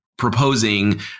Proposing